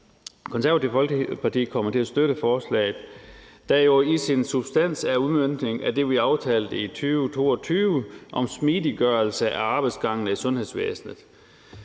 Konservative Folkeparti kommer til at støtte forslaget, der jo i sin substans er en udmøntning af det, vi aftalte i 2022 om smidiggørelse af arbejdsgangene i sundhedsvæsenet,